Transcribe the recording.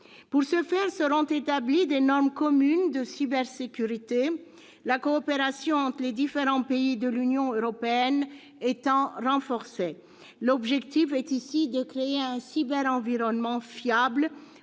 Pour ce faire seront établies des normes communes de cybersécurité, la coopération entre les différents pays de l'Union européenne étant renforcée. L'objectif est de créer un cyberenvironnement fiable